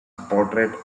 portrait